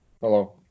Hello